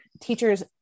teachers